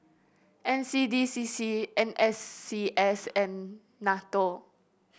N C D C C N S C S and NATO